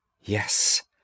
Yes